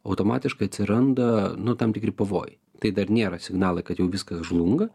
automatiškai atsiranda nu tam tikri pavojai tai dar nėra signalai kad jau viskas žlunga